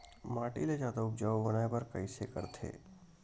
माटी ला जादा उपजाऊ बनाय बर कइसे करथे?